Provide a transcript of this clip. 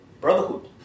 brotherhood